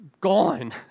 gone